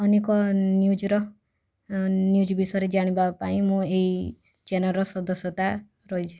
ଅନେକ ନ୍ୟୁଜ୍ର ନ୍ୟୁଜ୍ ବିଷୟରେ ଜାଣିବାପାଇଁ ମୁଁ ଏଇ ଚ୍ୟାନେଲ୍ର ସଦସ୍ୟତା ରହିଛି